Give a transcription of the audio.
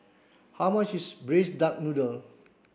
how much is braised duck noodle